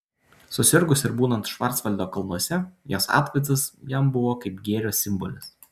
susirgus ir būnant švarcvaldo kalnuose jos atvaizdas jam buvo kaip gėrio simbolis